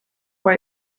for